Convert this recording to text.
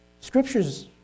Scriptures